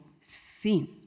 sin